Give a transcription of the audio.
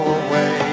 away